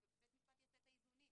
ובית המשפט יעשה את האיזונים.